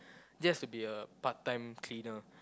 just to be a part time cleaner